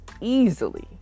easily